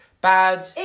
Bad